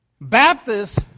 Baptists